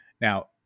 Now